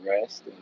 rest